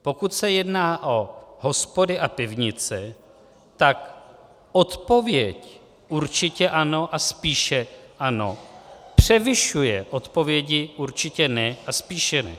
Pokud se jedná o hospody a pivnice, tak odpověď určitě ano a spíše ano převyšuje odpovědi určitě ne a spíše ne.